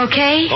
Okay